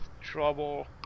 trouble